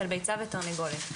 של ביצה ותרנגולת.